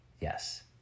yes